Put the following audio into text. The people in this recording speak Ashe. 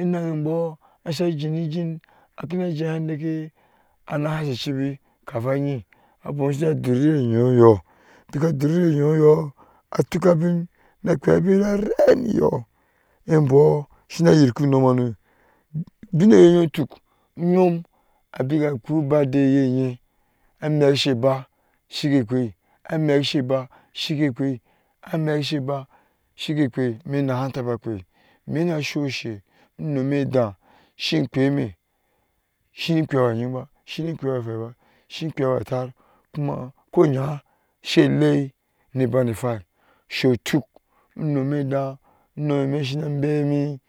anahɛ bɔɔ sa jinijin kana dehɛ anike kana gashe chibi kafa aneh abom ka jeh dor ire onyoi beka dor ire onyoi atuka abi na abin na reniyɔɔ abɔɔ shina rikihɛ unomanu ubinɛhɛsa tuk uyom beka akpe birth day yeh nɛh amek sai ba shi gai kpe amek sai ba shi gai kpe amek sai ba shigai kpe mɛ nahɛtaba kpe mi na su she unomi dɛh shi kpe mi shine kpaya wa hɛn ba shine kpaya watar kuma ko yan shi le na bana hweu she tuk onomi dɛh unomi shina beri.